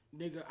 Nigga